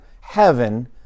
heaven